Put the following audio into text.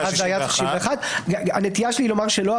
היה 61. הנטייה שלי לומר שלא.